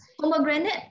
pomegranate